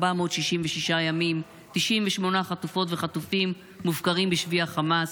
466 ימים 98 חטופות וחטופים מופקרים בשבי החמאס.